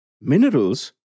Minerals